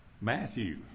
Matthew